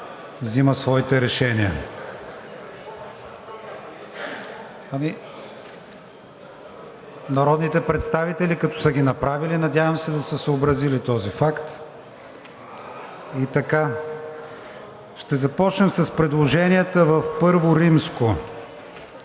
взима своите решения. (Реплики.) Ами, народните представители, като са ги направили, надявам се да са се съобразили с този факт. И така ще започнем с предложенията в I. Някои